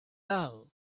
love